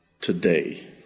today